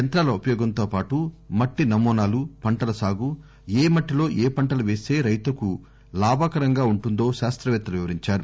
యంత్రాల ఉపయోగం తో పాటు మట్టి నమూనాలు పంటల సాగు ఏ మట్టిలో ఏ పంటలు వేస్తే రైతుకు లాభకరంగా ఉంటుందో శాస్తపేత్తలు వివరించారు